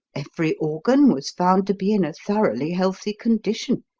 every organ was found to be in a thoroughly healthy condition.